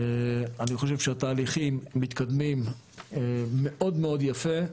אני חושב שהתהליכים מתקדמים מאוד מאוד יפה,